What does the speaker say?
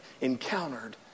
encountered